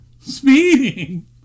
Speeding